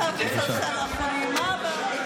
חבריי חברי